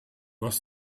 hast